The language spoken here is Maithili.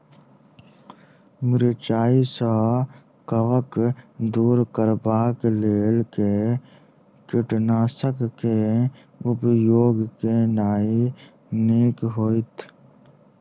मिरचाई सँ कवक दूर करबाक लेल केँ कीटनासक केँ उपयोग केनाइ नीक होइत?